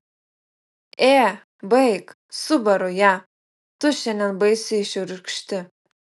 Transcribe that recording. ė baik subaru ją tu šiandien baisiai šiurkšti